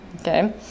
okay